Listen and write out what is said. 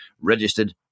registered